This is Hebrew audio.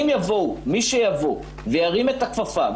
אם יבואו מי שיבוא וירים את הכפפה,